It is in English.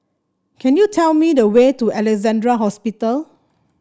can you tell me the way to Alexandra Hospital